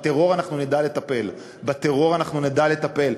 בטרור אנחנו נדע לטפל, בטרור אנחנו נדע לטפל.